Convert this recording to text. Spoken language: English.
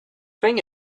thing